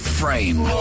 frame